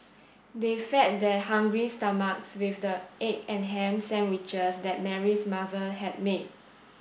they fed their hungry stomachs with the egg and ham sandwiches that Mary's mother had made